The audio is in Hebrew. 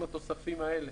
עם התוספים האלה